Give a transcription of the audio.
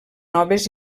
noves